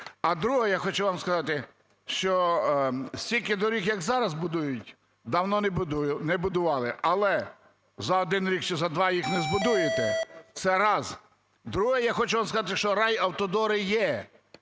А друге, я хочу вам сказати, що стільки доріг, як зараз будують, давно не будували. Але за один рік чи з два їх не збудуєте. Це раз. Друге, я вам хочу сказати, що райавтодори є